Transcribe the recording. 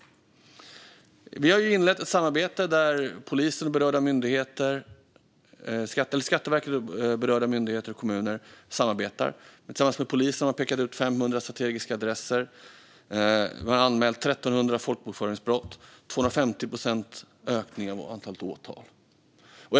Vi har inlett ett samarbete där Skatteverket, andra berörda myndigheter och kommuner samarbetar. Tillsammans med polisen har man pekat ut 500 strategiska adresser. Det har anmälts 1 300 folkbokföringsbrott, och antalet åtal har ökat med 250 procent.